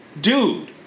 dude